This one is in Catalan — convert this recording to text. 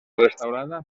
restaurada